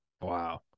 Wow